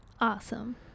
Awesome